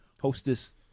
Hostess